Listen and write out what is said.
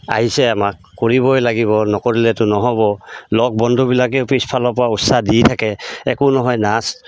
আহিছে আমাক কৰিবই লাগিব নকৰিলেতো নহ'ব লগ বন্ধুবিলাকেও পিছফালৰ পৰা উৎসাহ দি থাকে একো নহয় নাচ